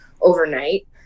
overnight